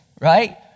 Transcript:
Right